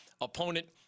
opponent